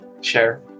share